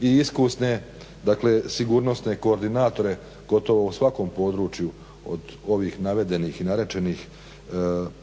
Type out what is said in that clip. i iskusne, dakle sigurnosne koordinatore gotovo u svakom području od ovih navedenih i narečenih